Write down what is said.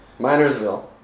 Minersville